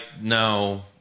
no